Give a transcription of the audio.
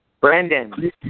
Brandon